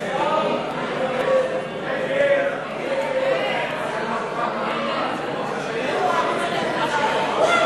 ההצעה להסיר מסדר-היום את הצעת חוק הגנת הצרכן (תיקון,